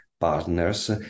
partners